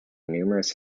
numerous